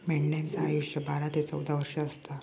मेंढ्यांचा आयुष्य बारा ते चौदा वर्ष असता